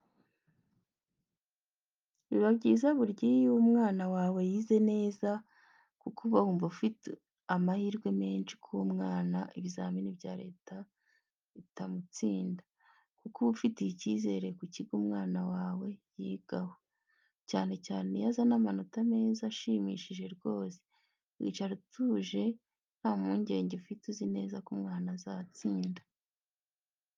Biba byiza buri gihe iyo umwana wawe yize neza kuko uba wumva ufite amahirwe menshi ko uwo mwana ibizamini bya Leta bitamutsinda kuko uba ufitiye icyizere ku kigo umwana wawe yigamo, cyane cyane iyo azana amanota meza ashimishije rwose, wicara utuje nta mpungenge ufite uzi neza ko umwana zatsinda.